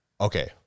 Okay